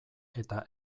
eta